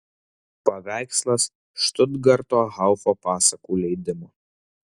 paveikslas štutgarto haufo pasakų leidimo